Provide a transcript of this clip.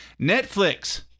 Netflix